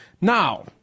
now